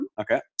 Okay